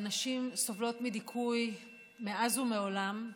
נשים סובלות מדיכוי מאז ומעולם,